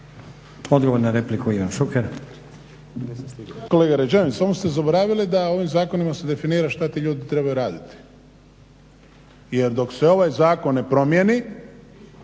Odgovor na repliku, Ivan Šuker.